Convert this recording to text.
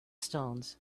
stones